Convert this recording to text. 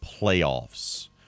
playoffs